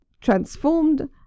transformed